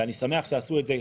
ואני שמח שעשו את זה,